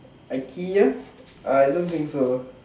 IKEA uh I don't think so